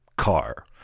car